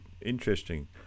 interesting